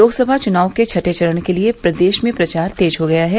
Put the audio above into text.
लोकसभा चुनाव के छठें चरण के लिये प्रदेश में प्रचार तेज हो गया है